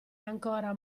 ancora